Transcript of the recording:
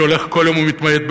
שהולך כל יום ומתמעט,